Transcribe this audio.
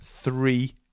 three